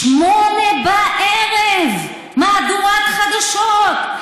ב-20:00, בערב, מהדורת חדשות: